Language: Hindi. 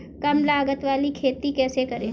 कम लागत वाली खेती कैसे करें?